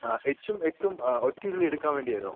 ആ എച്ചും എട്ടും ഒറ്റ ഇതിലെടുക്കാൻ വേണ്ടിയായിരുന്നോ